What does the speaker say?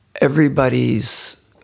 everybody's